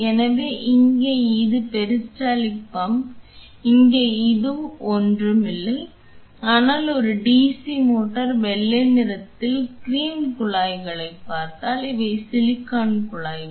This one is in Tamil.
எனவே இங்கே இது பெரிஸ்டால்டிக் பம்ப் இங்கே இது ஒன்றும் இல்லை ஆனால் ஒரு DC மோட்டார் வெள்ளை நிறத்தில் கிரீம் குழாய்களைப் பார்த்தால் இவை சிலிகான் குழாய்கள்